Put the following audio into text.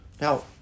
Now